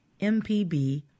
MPB